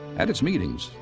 at its meetings,